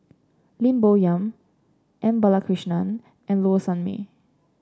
Lim Bo Yam M Balakrishnan and Low Sanmay